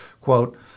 Quote